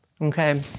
okay